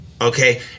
okay